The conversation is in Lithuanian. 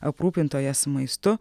aprūpintojas maistu